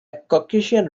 caucasian